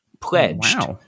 pledged